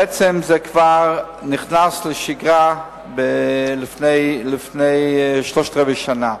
בעצם זה כבר נכנס לשגרה לפני שלושת-רבעי שנה.